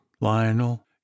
Lionel